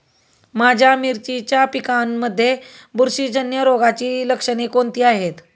माझ्या मिरचीच्या पिकांमध्ये बुरशीजन्य रोगाची लक्षणे कोणती आहेत?